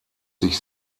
sich